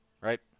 right